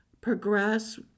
progress